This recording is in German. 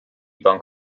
bank